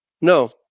no